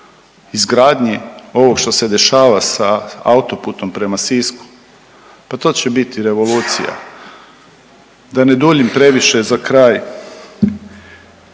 izgradnji ovog što se dešava sa autoputom prema Sisku, pa to će biti revolucija. Da ne duljim previše za kraj,